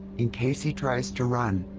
in case he tries to run.